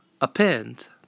appends